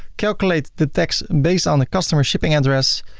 calculate the tax based on the customer shipping address,